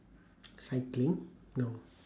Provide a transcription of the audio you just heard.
cycling no